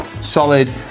solid